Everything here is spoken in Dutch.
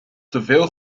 teveel